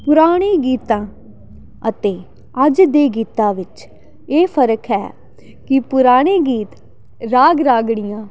ਪੁਰਾਣੇ ਗੀਤਾਂ ਅਤੇ ਅੱਜ ਦੇ ਗੀਤਾਂ ਵਿੱਚ ਇਹ ਫਰਕ ਹੈ ਕਿ ਪੁਰਾਣੇ ਗੀਤ ਰਾਗ ਰਾਗੜੀਆਂ